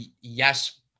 yes